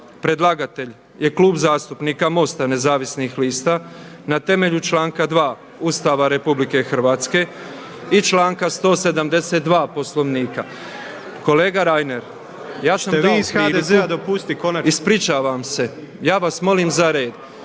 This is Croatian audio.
Predlagatelj je Klub zastupnika MOST-a Nezavisnih lista na temelju članka 2. Ustava RH i članka 172. Poslovnika. Kolega Reiner, … /Govornici govore u isto vrijeme./ … Ispričavam se, ja vas molim za red.